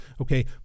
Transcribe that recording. Okay